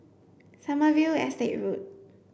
Sommerville Estate Road